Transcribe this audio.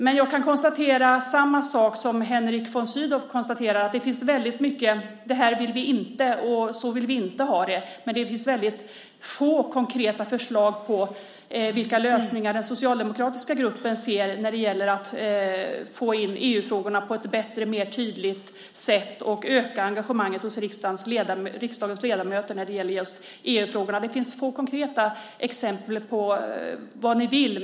Men jag kan konstatera samma sak som Henrik von Sydow konstaterade, nämligen att det finns väldigt mycket av att detta vill vi inte och så vill vi inte ha det. Men det finns väldigt få konkreta förslag på vilka lösningar som den socialdemokratiska gruppen ser när det gäller att få in EU-frågorna på ett bättre och mer tydligt sätt och öka engagemanget hos riksdagens ledamöter i fråga om just EU-frågorna. Det finns få konkreta exempel på vad ni vill.